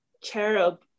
cherub